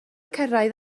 cyrraedd